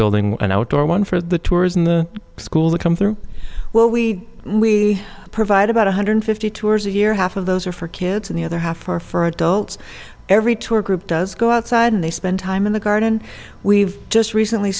building an outdoor one for the tours in the school that come through well we we provide about one hundred fifty tours a year half of those are for kids and the other half are for adults every tour group does go outside and they spend time in the garden we've just recently